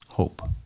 Hope